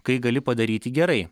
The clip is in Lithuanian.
kai gali padaryti gerai